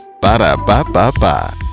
Ba-da-ba-ba-ba